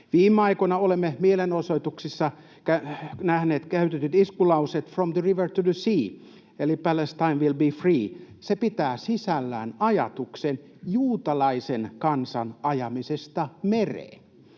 Viime aikoina olemme mielenosoituksissa nähneet iskulauseen ”From the river to the sea, Palestine will be free”. Se pitää sisällään ajatuksen juutalaisen kansan ajamisesta mereen.